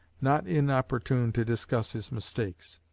not inopportune to discuss his mistakes.